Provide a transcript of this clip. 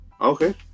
Okay